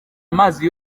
amazi